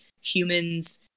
humans